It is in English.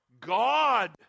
God